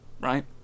Right